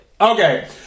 Okay